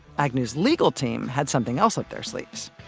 agnew's legal team had something else up their sleeves.